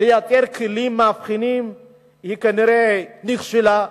לייצר כלים מאבחנים כנראה נכשלה.